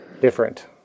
different